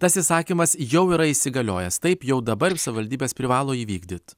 tas įsakymas jau yra įsigaliojęs taip jau dabar savivaldybės privalo jį vykdyt